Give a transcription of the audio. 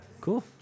Cool